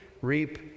reap